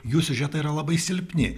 jų siužetai yra labai silpni